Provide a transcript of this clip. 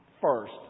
first